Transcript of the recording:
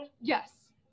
Yes